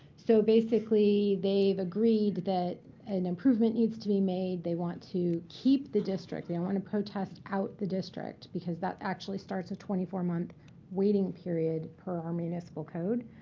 so basically, they've agreed that an improvement needs to be made. they want to keep the district. they and want to protest out the district because that actually starts a twenty four month waiting period per our municipal code.